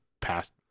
past